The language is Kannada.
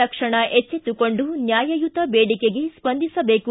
ತಕ್ಷಣ ಎಚ್ಚೆತ್ತುಕೊಂಡು ನ್ಯಾಯಯುತ ಬೇಡಿಕೆಗೆ ಸ್ವಂದಿಸಬೇಕು